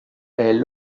est